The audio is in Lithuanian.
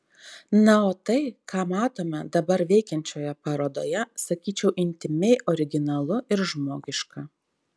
na o tai ką matome dabar veikiančioje parodoje sakyčiau intymiai originalu ir žmogiška